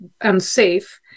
unsafe